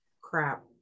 crap